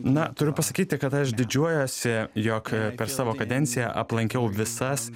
na turiu pasakyti kad aš didžiuojuosi jog per savo kadenciją aplankiau visas